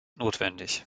notwendig